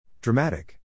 Dramatic